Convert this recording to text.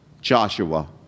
Joshua